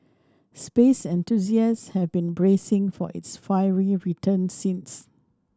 space enthusiasts have been bracing for its fiery return since